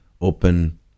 open